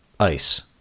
ice